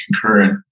concurrent